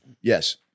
Yes